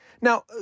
Now